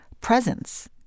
presence